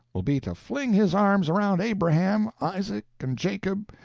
will be to fling his arms around abraham, isaac and jacob,